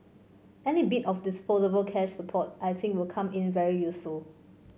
any bit of disposable cash support I think will come in very useful